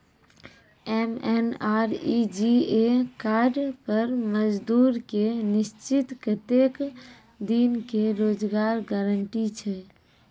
MNREGA card पर मजदुर के निश्चित कत्तेक दिन के रोजगार गारंटी छै?